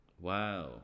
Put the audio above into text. Wow